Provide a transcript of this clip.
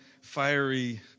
fiery